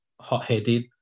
hot-headed